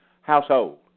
household